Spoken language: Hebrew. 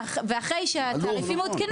ואחרי שהתעריפים עודכנו